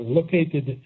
located